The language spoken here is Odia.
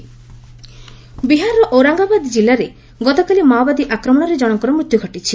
ବିହାର ଆଟାକ୍ ବିହାରର ଔରଙ୍ଗାବାଦ ଜିଲ୍ଲାରେ ଗତକାଲି ମାଓବାଦୀ ଆକ୍ରମଣରେ ଜଣଙ୍କର ମୃତ୍ୟୁ ଘଟିଛି